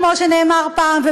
כמו שנאמר פעם,